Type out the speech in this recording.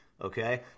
okay